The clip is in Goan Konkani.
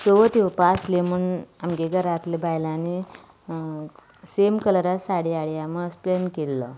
चवथ येवपाक आसली म्हूण आमच्या घरांतल्या बायलांनी सेम कलराची साडी हाडया म्हूण प्लेन केल्लो